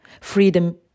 Freedom